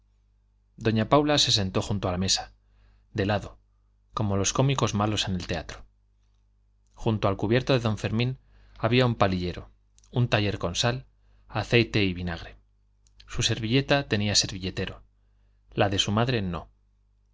doña paula se sentó junto a la mesa de lado como los cómicos malos en el teatro junto al cubierto de don fermín había un palillero un taller con sal aceite y vinagre su servilleta tenía servilletero la de su madre no